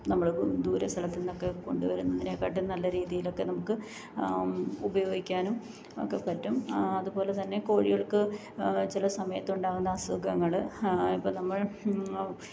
നമ്മൾ ഇപ്പോൾ ദൂരസ്ഥലത്തുന്നൊക്കെ കൊണ്ടുവരുന്നതിനെ കാട്ടിയും നല്ലരീതിയിലൊക്കെ നമുക്ക് ഉപയോഗിക്കാനും ഒക്കെ പറ്റും അതുപോലെ തന്നെ കോഴികൾക്ക് ചില സമയത്തുണ്ടാകുന്ന അസുഖങ്ങൾ ഇപ്പോൾ നമ്മൾ